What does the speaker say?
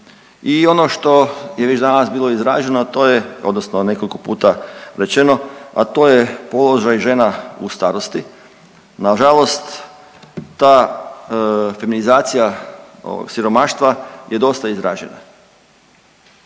I ono što je već danas bilo izraženo, a to je odnosno nekoliko puta rečeno, a to položaj žena u starosti. Nažalost, ta feminizacija ovog siromaštva je dosta izražena.